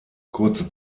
kurze